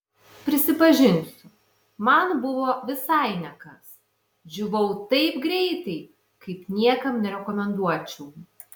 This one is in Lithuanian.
prisipažinsiu man buvo visai ne kas džiūvau taip greitai kaip niekam nerekomenduočiau